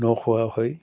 ন খোৱা হয়